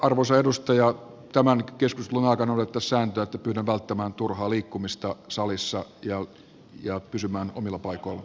arvoisat edustajat tämän keskustelun aikana noudatettaisiin sääntöä että pyydän välttämään turhaa liikkumista salissa ja pysymään omilla paikoillaan